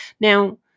Now